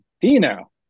Dino